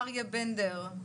אריה ברנדר,